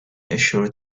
assured